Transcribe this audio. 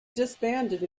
disbanded